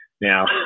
Now